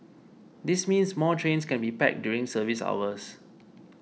this means more trains can be packed during service hours